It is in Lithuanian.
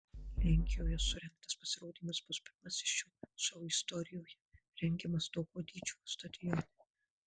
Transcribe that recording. lenkijoje surengtas pasirodymas bus pirmasis šio šou istorijoje rengiamas tokio dydžio stadione